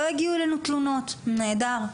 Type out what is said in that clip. לא הגיעו אלינו תלונות, נהדר.